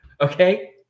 Okay